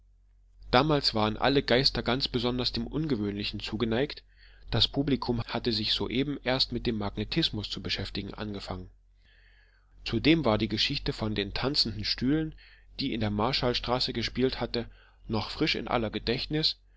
damals waren alle geister ganz besonders dem ungewöhnlichen zugeneigt das publikum hatte sich soeben erst mit dem magnetismus zu beschäftigen angefangen zudem war die geschichte von den tanzenden stühlen die in der marstallstraße gespielt hatte noch frisch in aller gedächtnis